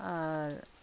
আর